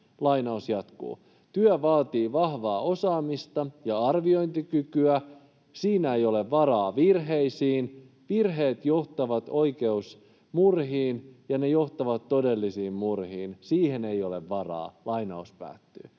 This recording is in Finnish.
kirurgin työhön. ’Työ vaatii vahvaa osaamista ja arviointikykyä. Siinä ei ole varaa virheisiin. Virheet johtavat oikeusmurhiin, ja ne johtavat todellisiin murhiin. Siihen ei ole varaa.’” Tähän